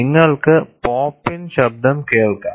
നിങ്ങൾക്ക് pop in ശബ്ദം കേൾക്കാം